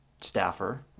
staffer